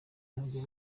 ntabwo